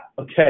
okay